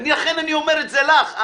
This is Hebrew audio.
ולכן אני אומר את זה לך.